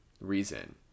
reason